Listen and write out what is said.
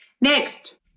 Next